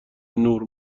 نور